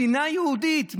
מדינה יהודית,